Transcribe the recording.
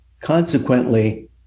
Consequently